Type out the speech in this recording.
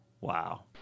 Wow